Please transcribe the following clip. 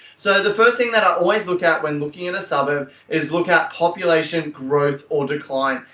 so the first thing that i always look at when looking at a suburb is look at population growth or decline.